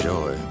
Joy